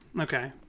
Okay